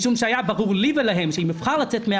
משום שהיה ברור לי ולהם שאם אבחר לצאת מן